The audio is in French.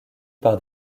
par